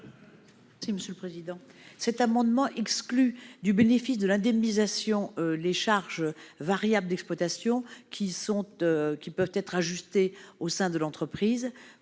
Renaud-Garabedian. Cet amendement vise à exclure du bénéfice de l'indemnisation les charges variables d'exploitation, qui peuvent être ajustées au sein de l'entreprise,